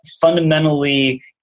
fundamentally